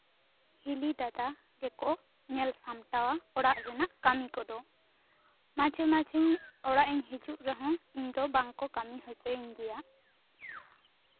ᱦᱤᱞᱤ ᱫᱟᱫᱟ ᱜᱮᱠᱚ ᱧᱮᱞ ᱥᱟᱢᱴᱟᱣᱟ ᱚᱲᱟᱜ ᱨᱮᱱᱟᱜ ᱠᱟᱹᱢᱤ ᱠᱚᱫᱚ ᱢᱟᱡᱷᱮ ᱢᱟᱡᱷᱮᱧ ᱚᱲᱟᱜ ᱤᱧ ᱦᱤᱡᱩᱜ ᱨᱮᱦᱚᱸ ᱤᱧ ᱫᱚ ᱵᱟᱝᱠᱚ ᱠᱟᱹᱢᱤ ᱦᱚᱪᱚᱧ ᱜᱮᱭᱟ